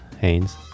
Haynes